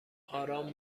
آرام